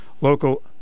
local